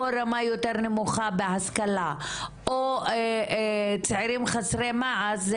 רמה יותר נמוכה בהשכלה או צעירים חסרי מעש.